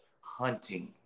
hunting